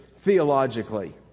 theologically